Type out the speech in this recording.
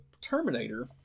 Terminator